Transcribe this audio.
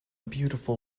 beautiful